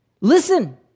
Listen